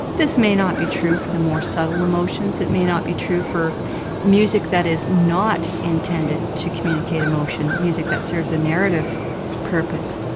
this may not be true for the more subtle emotions, it may not be true for music that is not intended to communicate emotion, music that serves a narrative purpose.